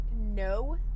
No